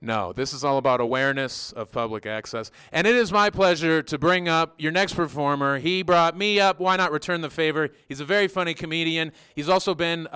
know this is all about awareness of public access and it is my pleasure to bring up your next performer he brought me up why not return the favor he's a very funny comedian he's also been